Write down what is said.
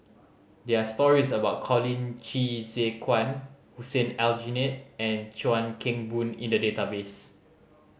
there are stories about Colin Qi Zhe Quan Hussein Aljunied and Chuan Keng Boon in the database